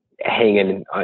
hanging